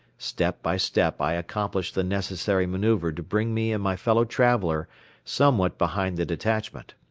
step by step i accomplished the necessary manoeuvre to bring me and my fellow traveler somewhat behind the detachment.